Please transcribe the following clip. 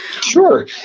Sure